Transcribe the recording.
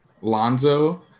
Lonzo